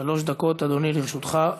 שלוש דקות, אדוני, לרשותך.